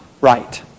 right